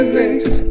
next